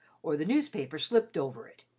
or the newspaper slipped over it.